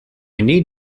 need